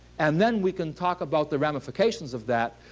and then we can talk about the ramifications of that.